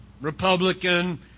Republican